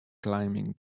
climbing